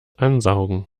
ansaugen